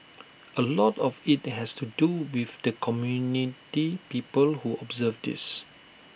A lot of IT has to do with the community people who observe this